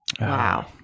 Wow